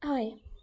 हय